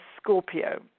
Scorpio